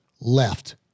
left